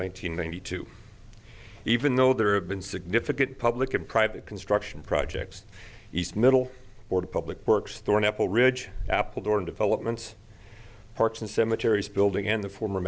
hundred ninety two even though there have been significant public and private construction projects east middle order public works through an apple ridge apple during development parks and cemetaries building in the former